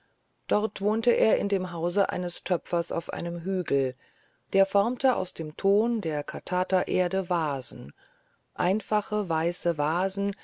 dort wohnte er in dem hause eines töpfers auf einem hügel der formte aus dem ton der katataerde vasen einfache weiße vasen